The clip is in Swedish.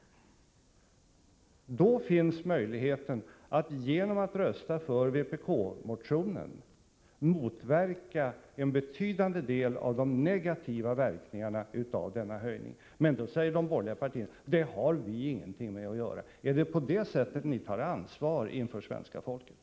Men det finns ju en möjlighet att, genom att rösta för vpkreservationen, motverka en betydande del av de negativa verkningarna av denna höjning. Då säger de borgerliga partierna: Det har vi inget med att göra. — Är det på det sättet ni tar ansvar inför svenska folket?